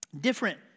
different